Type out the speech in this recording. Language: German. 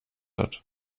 hat